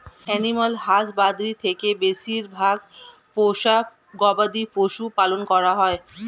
animal husbandry তে বেশিরভাগ পোষ্য গবাদি পশু পালন করা হয়